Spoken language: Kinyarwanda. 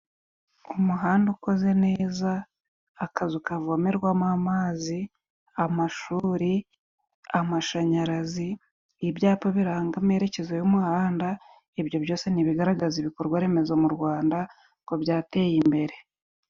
Umuhanda ukoze neza, akazu kavomerwamo amazi, amashuri, amashanyarazi, ibyapa biranga amerekezo y'umuhanda, ibyo byose nibigaragaza ibikorwaremezo mu Rwanda ko byateye imbere.